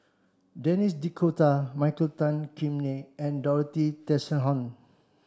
Denis D'Cotta Michael Tan Kim Nei and Dorothy Tessensohn